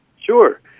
Sure